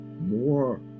more